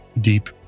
deep